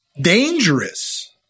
Dangerous